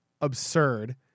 absurd